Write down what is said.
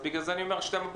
בגלל זה אני אומר שתפנו.